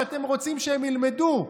שאתם רוצים שהם ילמדו,